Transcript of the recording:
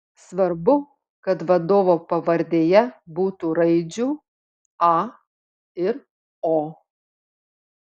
svarbu kad vadovo pavardėje būtų raidžių a ir o